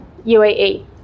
UAE